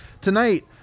tonight